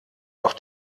auf